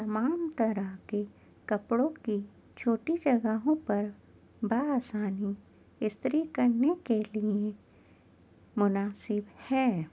تمام طرح کے کپڑوں کی چھوٹی جگہوں پر بآسانی استری کرنے کے لیے مناسب ہے